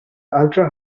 ultra